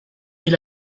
mil